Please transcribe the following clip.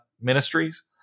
ministries